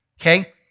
Okay